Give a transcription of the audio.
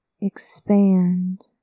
expand